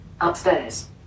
Upstairs